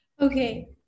Okay